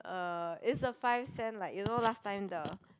uh it's a five cent like you know last time the